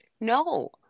No